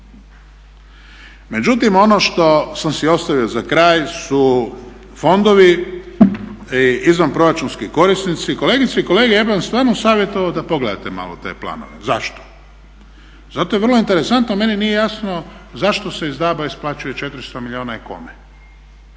Međutim, ono što sam si ostavio za kraj su fondovi i izvanproračunski korisnici. Kolegice i kolege, ja bih vam stvarno savjetovao da pogledate malo te planove. Zašto? Zato jer je vrlo interesantno, meni nije jasno zašto se iz DAB-a isplaćuje 400 milijuna i kome.